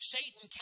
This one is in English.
Satan